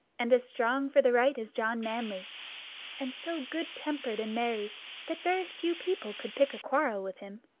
and as strong for the right as john manly and so good-tempered and merry that very few people could pick a quarrel with him.